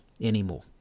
anymore